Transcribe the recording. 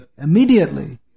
immediately